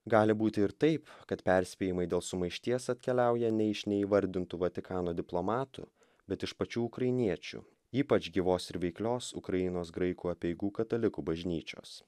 gali būti ir taip kad perspėjimai dėl sumaišties atkeliauja ne iš neįvardintų vatikano diplomatų bet iš pačių ukrainiečių ypač gyvos ir veiklios ukrainos graikų apeigų katalikų bažnyčios